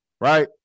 right